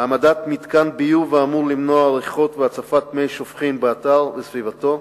והעמדת מתקן ביוב האמור למנוע ריחות והצפת מי שופכין באתר וסביבתו,